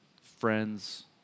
friends